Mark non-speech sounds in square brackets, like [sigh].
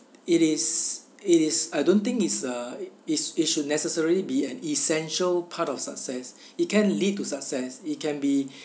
it is it is I don't think it's uh it's it should necessarily be an essential part of success [breath] it can lead to success it can be [breath]